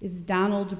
is donald